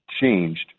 changed